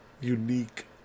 unique